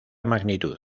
magnitud